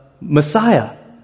Messiah